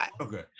okay